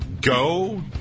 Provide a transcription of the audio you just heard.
go